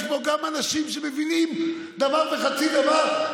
יש בו גם אנשים שמבינים דבר וחצי דבר,